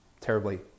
terribly